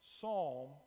psalm